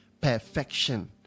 Perfection